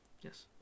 Yes